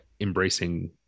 embracing